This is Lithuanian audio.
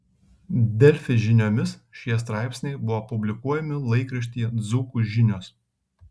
delfi žiniomis šie straipsniai buvo publikuojami laikraštyje dzūkų žinios